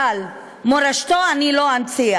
אבל את מורשתו אני לא אנציח.